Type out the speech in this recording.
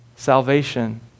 salvation